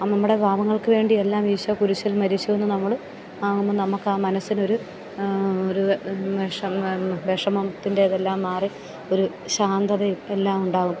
നമ്മുടെ പാപങ്ങൾക്ക് വേണ്ടിയെല്ലാം ഈശോ കുരിശിൽ മരിച്ചുവെന്ന് നമ്മൾ ആവുമ്പം നമുക്ക് ആ മനസ്സിലൊരു ഒരു വിഷമം വിഷമത്തിൻ്റെ ഇതെല്ലാം മാറി ഒരു ശാന്തതയും എല്ലാം ഉണ്ടാവും